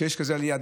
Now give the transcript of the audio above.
כשיש כזאת עלייה,